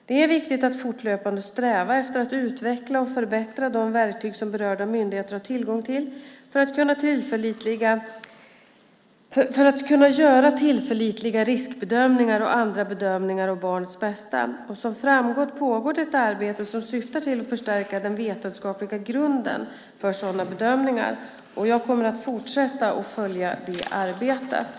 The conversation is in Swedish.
Det är viktigt att fortlöpande sträva efter att utveckla och förbättra de verktyg som berörda myndigheter har tillgång till för att kunna göra tillförlitliga riskbedömningar och andra bedömningar av barnets bästa. Som framgått pågår det arbete som syftar till att förstärka den vetenskapliga grunden för sådana bedömningar. Jag kommer att fortsätta att följa det arbetet.